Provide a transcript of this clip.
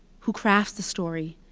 who crafts the story,